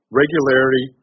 regularity